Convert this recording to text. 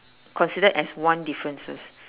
considered as one differences